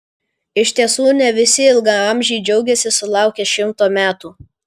iš tiesų ne visi ilgaamžiai džiaugiasi sulaukę šimto metų